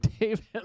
David